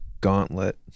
gauntlet